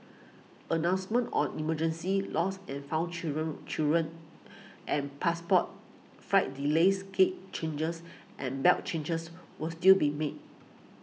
announcements on emergencies lost and found children children and passports flight delays gate changes and belt changes will still be made